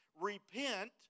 repent